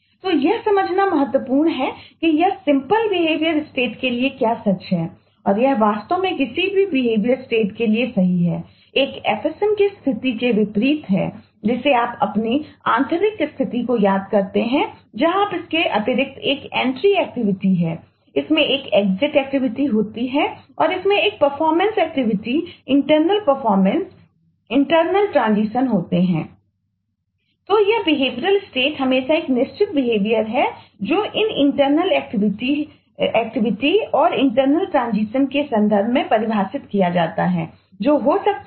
तो यह समझना महत्वपूर्ण है कि यह सिंपल बिहेवियर स्टेट में हो सकता है